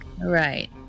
Right